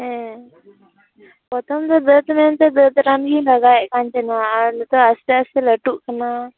ᱦᱮᱸ ᱯᱚᱨᱛᱷᱚᱢ ᱫᱚ ᱵᱮᱥ ᱞᱮᱱᱛᱮ ᱵᱮᱥ ᱨᱟᱱ ᱜᱮᱧ ᱞᱟᱜᱟᱣᱮᱫ ᱠᱟᱱ ᱛᱟᱦᱮᱱᱟ ᱟᱨ ᱱᱤᱛᱚᱜ ᱟᱥᱛᱮ ᱟᱥᱛᱮ ᱞᱟ ᱴᱩᱜ ᱠᱟᱱᱟ